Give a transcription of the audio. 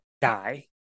die